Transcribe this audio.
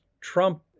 Trump